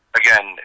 again